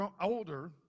older